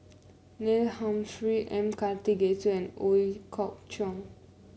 Neil Humphrey M Karthigesu and Ooi Kok Chuen